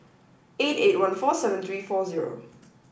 eight eight one four seven three four zero